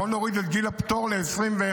בוא נוריד את גיל הפטור ל-21,